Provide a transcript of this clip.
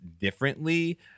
differently